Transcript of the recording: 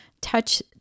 touch